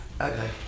Okay